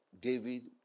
David